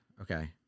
Okay